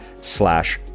slash